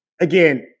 again